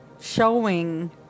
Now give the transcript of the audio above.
showing